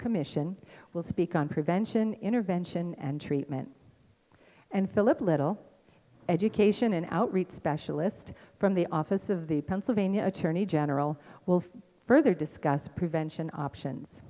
commission will speak on prevention intervention and treatment and philip little education and outreach specialist from the office of the pennsylvania attorney general will further discuss prevention options